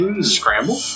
Scramble